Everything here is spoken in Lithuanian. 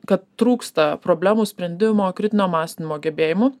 kad trūksta problemų sprendimo kritinio mąstymo gebėjimų